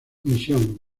misión